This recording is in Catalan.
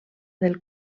del